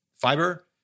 fiber